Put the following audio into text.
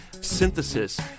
synthesis